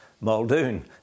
Muldoon